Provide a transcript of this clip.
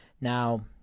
Now